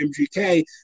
MGK